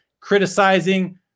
criticizing